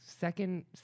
second